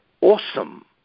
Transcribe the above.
awesome